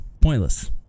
Pointless